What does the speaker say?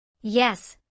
Yes